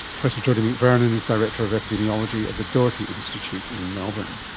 professor jodie mcvernon is director of epidemiology at the doherty institute in melbourne.